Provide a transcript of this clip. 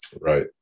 Right